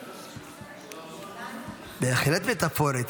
מתכוון מטאפורית,